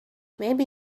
maybe